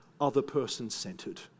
other-person-centered